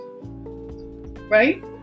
right